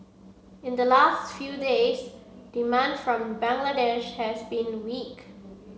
in the last few days demand from Bangladesh has been weak